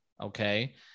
Okay